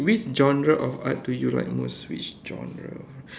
which genre of art do you like most which genre of